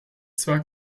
zwar